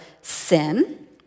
sin